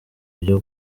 buryo